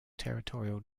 territorial